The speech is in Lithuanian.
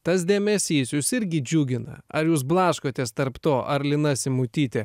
tas dėmesys jus irgi džiugina ar jūs blaškotės tarp to ar lina simutytė